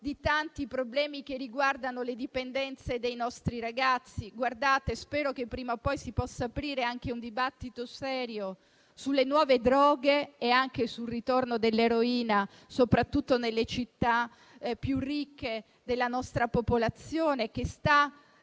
a tanti problemi riguardanti le dipendenze dei nostri ragazzi. Io spero che, prima o poi, si possa aprire un dibattito serio sulle nuove droghe e anche sul ritorno dell'eroina, soprattutto nelle città più ricche, che sta